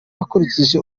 bakurikije